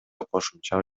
кошумча